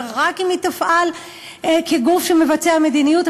ורק אם היא תפעל כגוף שמבצע מדיניות,